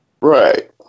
Right